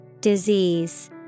Disease